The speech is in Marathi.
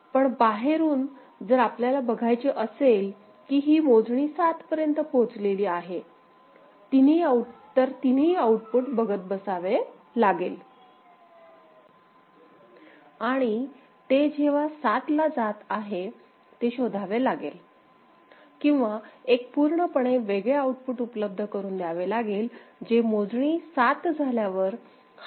पण बाहेरून जर आपल्याला बघायचे असेल की मोजणी ही सात पर्यंत पोहोचलेली आहे तर तिन्ही आऊटपुट चे निरीक्षण करावे लागेल आणि ते जेव्हा 7 ला जात आहे ते शोधावे लागेल किंवा एक पूर्णपणे वेगळे आउटपुट उपलब्ध करून द्यावे लागेल जे मोजणी 7 झाल्यावर वर हाय होईल